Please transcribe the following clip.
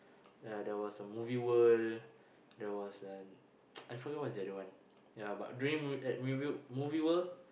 ya there was a movie world there was a I forget what's the other one ya but during mo~ at movie movie world